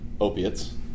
opiates